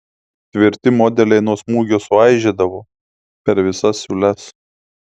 tvirti modeliai nuo smūgio suaižėdavo per visas siūles